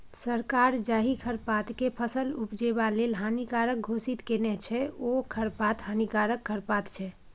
सरकार जाहि खरपातकेँ फसल उपजेबा लेल हानिकारक घोषित केने छै ओ खरपात हानिकारक खरपात छै